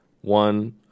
one